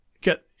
get